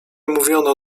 mówiono